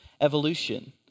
evolution